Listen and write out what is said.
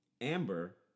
Amber